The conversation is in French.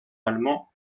allemand